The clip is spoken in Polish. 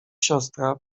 siostra